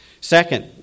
Second